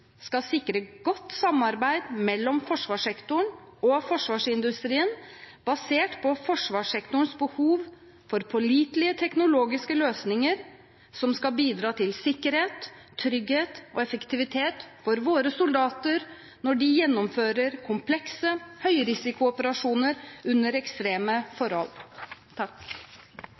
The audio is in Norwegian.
skal sikre godt samarbeid mellom forsvarssektoren og forsvarsindustrien basert på forsvarssektorens behov for pålitelige teknologiske løsninger som skal bidra til sikkerhet, trygghet og effektivitet for våre soldater når de gjennomfører komplekse høyrisikooperasjoner under ekstreme forhold.